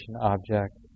object